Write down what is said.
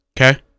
Okay